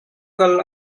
kal